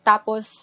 Tapos